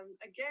Again